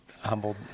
humbled